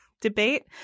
debate